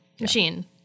Machine